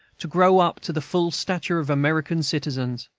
to grow up to the full stature of american citizens.